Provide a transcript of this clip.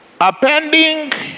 Appending